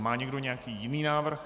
Má někdo nějaký jiný návrh?